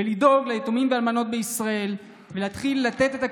לדאוג ליתומים ואלמנות בישראל ולהתחיל לתת את הקריטריונים,